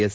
S